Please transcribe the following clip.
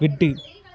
விட்டு